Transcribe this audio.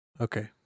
Okay